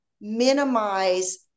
minimize